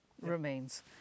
remains